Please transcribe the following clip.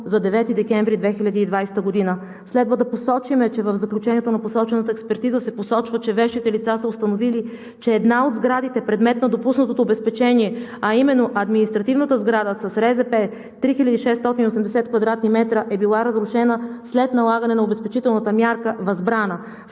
за 9 декември 2020 г. Следва да посочим, че в заключението на посочената експертиза се посочва, че вещите лица са установили, че една от сградите, предмет на допуснатото обезпечение, а именно административната сграда с РЗП 3680 кв. м, е била разрушена след налагане на обезпечителната мярка „възбрана“.